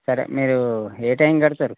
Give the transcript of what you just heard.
సరే మీరు ఏ టైమ్కి కడతారు